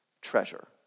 treasure